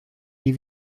nie